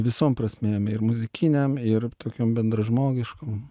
visom prasmėm ir muzikinėm ir tokiom bendražmogiškom